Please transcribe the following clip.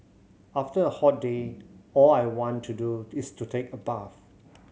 after a hot day all I want to do is to take a bath